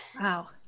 Wow